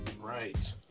Right